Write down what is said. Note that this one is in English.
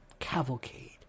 cavalcade